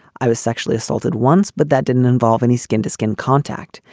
i was sexually assaulted once, but that didn't involve any skin to skin contact.